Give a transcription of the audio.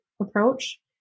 approach